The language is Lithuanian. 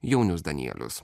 jaunius danielius